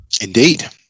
indeed